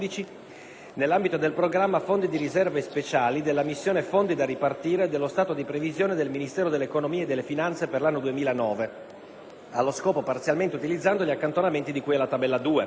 nell'ambito del programma "Fondi di riserva e speciali" della missione "Fondi da ripartire" dello stato di previsione del Ministero dell'economia e delle finanze per l'anno 2009, allo scopo parzialmente utilizzando gli accantonamenti di cui alla tabella 2;